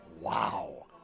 Wow